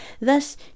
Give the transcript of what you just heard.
thus